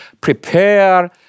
prepare